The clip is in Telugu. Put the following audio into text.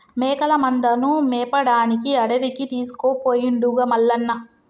మేకల మందను మేపడానికి అడవికి తీసుకుపోయిండుగా మల్లన్న